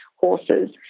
horses